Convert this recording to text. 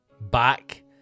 back